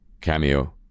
Cameo